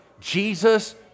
Jesus